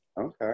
Okay